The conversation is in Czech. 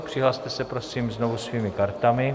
Přihlaste se prosím znovu svými kartami.